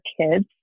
kids